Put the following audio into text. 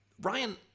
Ryan